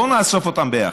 בואו נאסוף אותם ביחד,